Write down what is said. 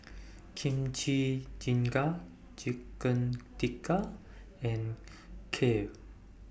Kimchi Jjigae Chicken Tikka and Kheer